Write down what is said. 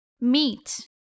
meet